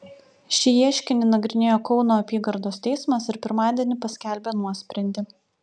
šį ieškinį nagrinėjo kauno apygardos teismas ir pirmadienį paskelbė nuosprendį